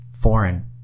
foreign